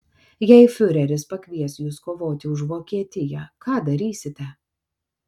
jei fiureris pakvies jus kovoti už vokietiją ką darysite